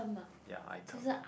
ya item